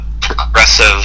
progressive